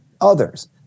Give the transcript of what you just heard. others